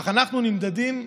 אך אנחנו נמדדים,